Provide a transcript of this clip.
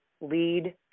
lead